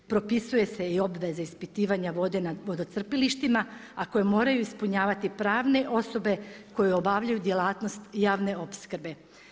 Propisuju se i obveze ispitivanja vode na vodocrpilištima a koje moraju ispunjavati pravne osobe koje obavljaju djelatnost javne opskrbe.